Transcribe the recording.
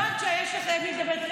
כי אני יודעת שיש לך עם מי לדבר.